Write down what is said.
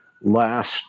last